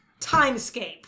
Timescape